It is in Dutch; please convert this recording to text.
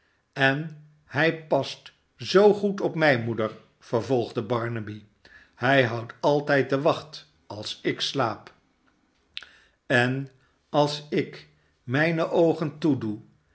en hij past zoo goed op mij moeder vervolgde barnaby hij houdt altijd de wacht als ik slaap en als ik mijne oogen toedoe